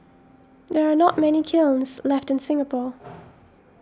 there are not many kilns left in Singapore